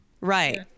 Right